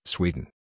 Sweden